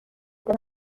دلم